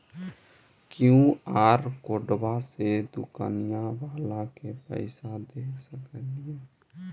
QR कोडबा से दुकनिया बाला के पैसा दे सक्रिय?